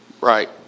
Right